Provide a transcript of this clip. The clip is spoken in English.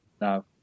No